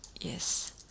yes